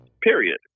period